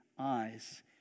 eyes